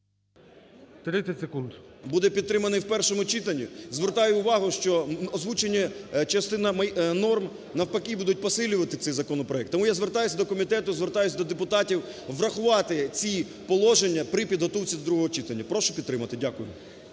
Р.С. Буде підтриманий в першому читанні, звертаю увагу, що озвучені частини норм, навпаки, будуть посилювати цей законопроект. Тому я звертаюся до комітету, звертаюсь до депутатів врахувати ці положення при підготовці до другого читання. Прошу підтримати. Дякую.